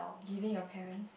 giving your parents